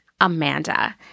Amanda